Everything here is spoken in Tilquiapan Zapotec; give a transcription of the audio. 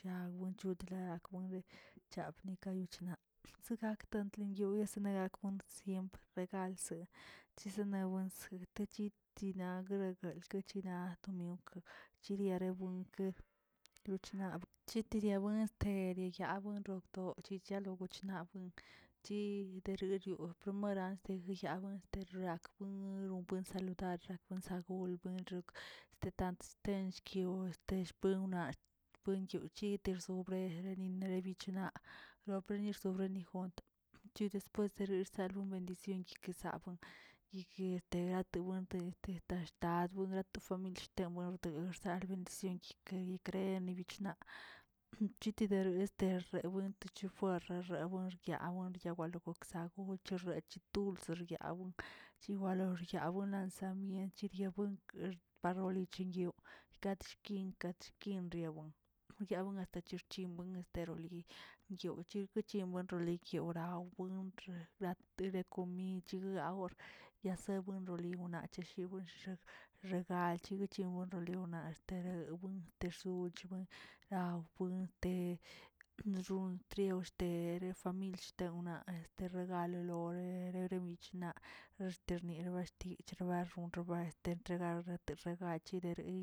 Awen chotilag chab nikayoche zigatantle yuyasenak siempre regalse chisane wens retechit chit naꞌ guere gueltchi yina to miok chiria rebuen lochnarab tiria buen este ya buen rokdoꞌ chichalo buichnaꞌ chinteriorgoꞌ promeri arseya master rak milubuen gon saludar sangul buen saludar estant tenchki p este spumna buenchi chiters rereni lebi naꞌ pronye jont chi después salun bendición quesabun yiguete rato brunte tetashtarbu rato rfamil shtebu to rsdal bendición queri creen bich na chitedere este rebuen te chefuer rebuen rguairb yawel goksa gok che rechitu rsyawen chiwalox ryawen cansamient chi yawen rchiob parioli chi katꞌ shkingka chkinriawan yawi hasta kixchinwa esteroli yob chi guechin bui rolikyoraw buin rre te de komin chiga gaor yasabuen roligna cheshibuenx regal chiguichi riona tere buien tersiochna lawbuento rontriaw guere famil tewna este galə lore lere wichna este xnira yichrbaxon roba este entregar este regachiri.